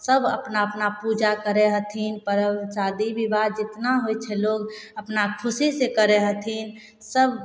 सब अपना अपना पूजा करै हथिन पर्ब शादी विवाह जितना होइ छै लोग अपना खुशी से करै हथिन सब